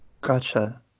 Gotcha